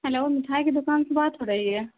hello مٹھائی کی دکان سے بات ہو رہی ہے